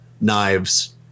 knives